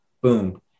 Boom